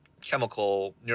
chemical